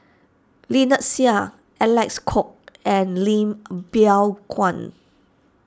Lynnette Seah Alec Kuok and Lim Biow Chuan